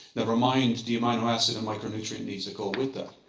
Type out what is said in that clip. never mind the amino acid and micronutrient needs that go with that.